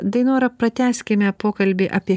dainora pratęskime pokalbį apie